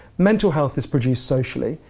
mental health is produced socially,